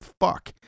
fuck